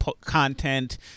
content